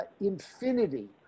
infinity